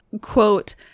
Quote